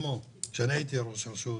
כשאני הייתי ראש רשות